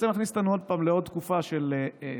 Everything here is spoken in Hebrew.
זה בעצם יכניס אותנו עוד פעם לעוד תקופה של צווים,